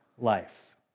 life